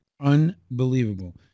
unbelievable